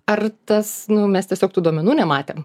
ar tas nu mes tiesiog tų duomenų nematėm